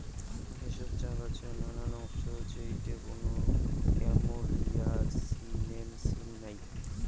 ভেষজ চা গছের নানান অংশ যেইটে কুনো ক্যামেলিয়া সিনেনসিস নাই